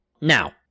Now